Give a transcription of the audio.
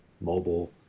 mobile